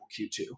Q2